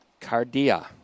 Cardia